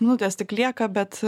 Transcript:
minutės tik lieka bet